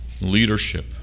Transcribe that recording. leadership